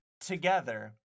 Together